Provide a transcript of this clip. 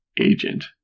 agent